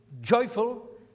joyful